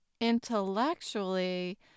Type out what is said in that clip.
intellectually